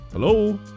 Hello